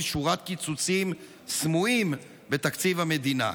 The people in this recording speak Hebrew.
שורת קיצוצים סמויים בתקציב המדינה.